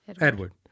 Edward